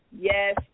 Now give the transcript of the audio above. Yes